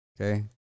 Okay